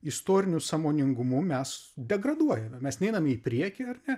istoriniu sąmoningumu mes degraduojame mes neiname į priekį ar ne